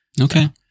Okay